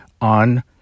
on